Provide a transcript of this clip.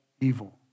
evil